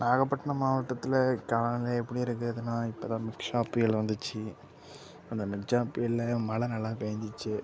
நாகப்பட்டினம் மாவட்டத்தில் காலநிலை எப்படி இருக்குதுன்னால் இப்போ தான் மிக்ஜாம் புயல் வந்துச்சு அந்த மிக்ஜாம் புயலில் மழை நல்லா பெஞ்சிச்சி